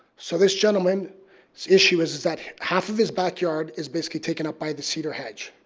so this gentleman's issue is that half of his background is basically taken up by the cedar hedge.